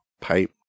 pipe